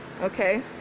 okay